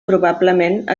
probablement